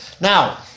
Now